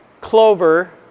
clover